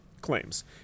claims